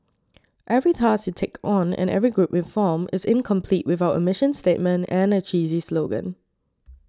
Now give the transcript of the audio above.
every task you take on and every group you form is incomplete without a mission statement and a cheesy slogan